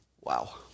Wow